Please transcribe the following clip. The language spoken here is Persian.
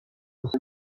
غصه